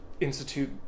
Institute